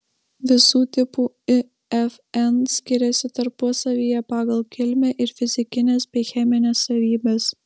visų tipų ifn skiriasi tarpusavyje pagal kilmę ir fizikines bei chemines savybes